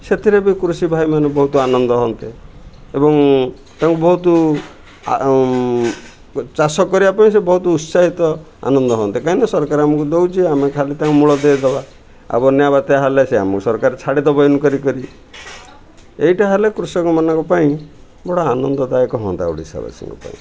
ସେଥିରେ ବି କୃଷି ଭାଇମାନେ ବହୁତ ଆନନ୍ଦ ହୁଅନ୍ତେ ଏବଂ ତାଙ୍କୁ ବହୁତୁ ଚାଷ କରିବା ପାଇଁ ସେ ବହୁତ ଉତ୍ସାହିତ ଆନନ୍ଦ ହୁଅନ୍ତେ କାହିଁକି ନା ସରକାର ଆମକୁ ଦଉଛେ ଆମେ ଖାଲି ତାଙ୍କୁ ମୂଳ ଦେଇଦେବା ଆଉ ବନ୍ୟା ବାତ୍ୟା ହେଲେ ସେ ଆମକୁ ସରକାର ଛାଡ଼ିଦେବ ଇନ୍କ୍ଵାରି କରିକି ଏଇଟା ହେଲେ କୃଷକମାନଙ୍କ ପାଇଁ ବଡ଼ ଆନନ୍ଦଦାୟକ ହୁଅନ୍ତା ଓଡ଼ିଶାବାସୀଙ୍କ ପାଇଁ